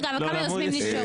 רגע, אבל כמה יוזמים נשארו.